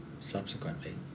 subsequently